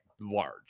large